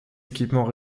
équipements